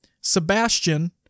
Sebastian